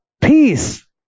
peace